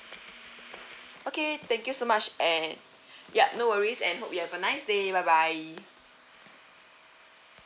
okay thank you so much and yup no worries and hope you have a nice day bye bye